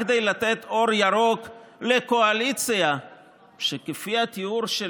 רק כדי לתת אור ירוק לקואליציה שלפי התיאור של